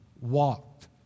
walked